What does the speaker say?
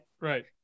right